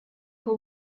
who